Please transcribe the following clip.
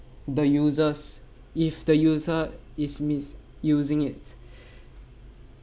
the users if the user is misusing it